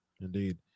Indeed